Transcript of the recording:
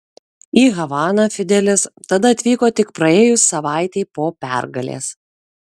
į havaną fidelis tada atvyko tik praėjus savaitei po pergalės